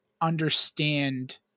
understand